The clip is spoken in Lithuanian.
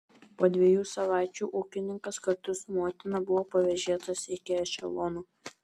po dviejų savaičių ūkininkas kartu su motina buvo pavėžėtas iki ešelono